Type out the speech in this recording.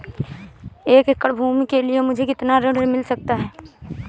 एक एकड़ भूमि के लिए मुझे कितना ऋण मिल सकता है?